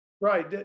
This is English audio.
Right